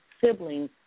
siblings